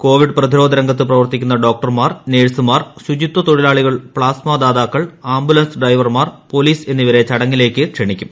Covid പ്രതിരോധ രംഗത്ത് പ്രവർത്തിക്കുന്ന ഡോക്ടർമാർ നഴ്സുമാർ ശുചിത്വ തൊഴിലാളികൾ പ്ലാസ്മാ ദാതാക്കൾ ആംബുലൻസ് ഡ്രൈവർമാർ പോലീസ് എന്നിവരെ ചടങ്ങിലേക്ക് ക്ഷണിക്കും